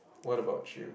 what about you